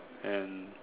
and